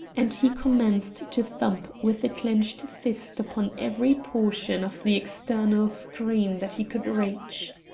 and he commenced to thump with a clenched fist upon every portion of the external screen that he could reach.